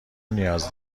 نیاز